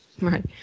right